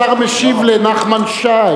השר משיב לנחמן שי.